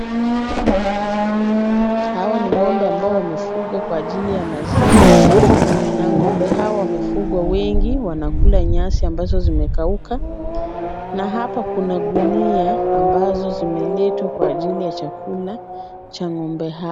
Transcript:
Hawa ni ng'ombe ambao wamefugwa ka ajili ya maziwa. Na ng'ombe hawa wamefugwa wengi wanakula nyasi ambazo zimekauka na hapa kuna gunia ambazo zimeletwa kwa ajili ya chakula ya ng'ombe hawa.